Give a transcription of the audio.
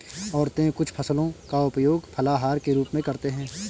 औरतें कुछ फसलों का उपयोग फलाहार के रूप में करते हैं